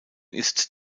ist